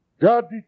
God